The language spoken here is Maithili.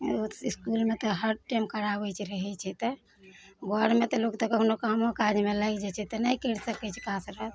ओ इसकुलमे तऽ हर टाइम कराबै छै रहै छै तऽ घरमे तऽ लोक तऽ कखनो कामो काजमे लागि जाइ छै तऽ नहि करि सकै छै कसरत